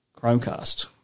Chromecast